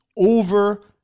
over